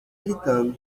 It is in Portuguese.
gritando